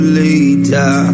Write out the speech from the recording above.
later